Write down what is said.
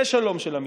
זה שלום של אמיצים,